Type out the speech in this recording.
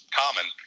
common